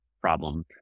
problem